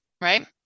right